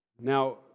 Now